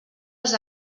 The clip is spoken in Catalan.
els